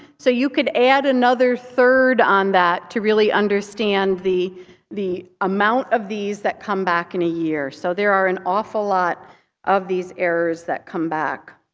so you could add another third on that to really understand the the amount of these that come back in a year. so there are an awful lot of these errors that come back.